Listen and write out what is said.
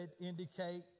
indicate